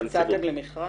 במכרז?